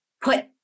put